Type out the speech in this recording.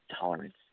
tolerance